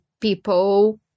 people